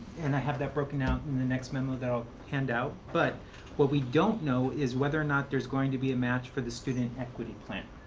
and i have that broken down in the next memo that i'll hand out. but what we don't know is whether or not there's going to be a match for the student equity plan.